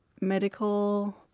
medical